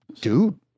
dude